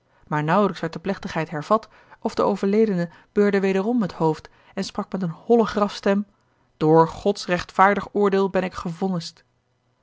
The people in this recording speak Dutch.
maar nauwelijks werd de plechtigheid hervat of de overledene beurde wederom het hoofd en sprak met eene holle grafstem door gods rechtvaardig oordeel ben ik